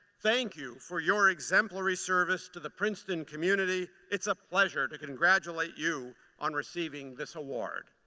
thank you for your exemplary service to the princeton community. it's a pleasure to congratulate you on receiving this award.